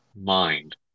mind